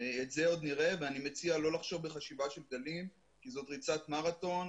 את זה עוד נראה ואני מציע לא לחשוב בחשיבה של גלים כי זאת ריצת מרתון,